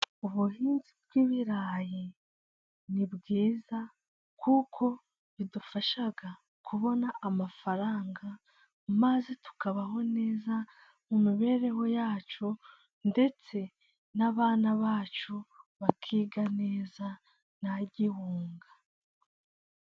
Ubuhinzi bw'ibirayi ni bwiza kuko bidufasha kubona amafaranga, maze tukabaho neza, mu mibereho yacu, ndetse n'abana bacu bakiga neza nta gihunga.